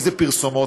איזה פרסומות.